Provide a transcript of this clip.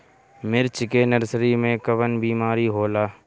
मिर्च के नर्सरी मे कवन बीमारी होला?